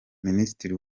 minisitiri